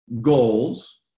goals